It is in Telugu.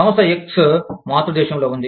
సంస్థ X మాతృదేశంలో ఉంది